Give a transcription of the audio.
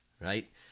right